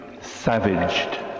savaged